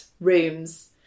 rooms